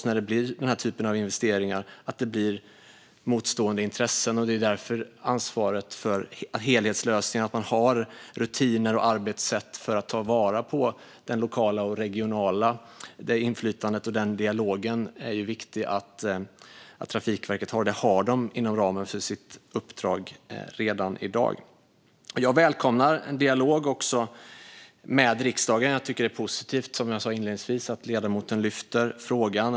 När den här typen av investeringar görs kan det förstås uppstå motstående intressen. Det är därför det är så viktigt att Trafikverket har ansvar för helhetslösningen och har rutiner och arbetssätt för att ta vara på inflytandet och dialogen lokalt och regionalt. Det ansvaret har också Trafikverket inom ramen för sitt uppdrag redan i dag. Jag välkomnar också en dialog med riksdagen. Som jag sa inledningsvis tycker jag att det är positivt att ledamoten lyfter upp frågan.